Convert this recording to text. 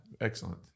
excellent